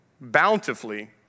bountifully